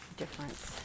difference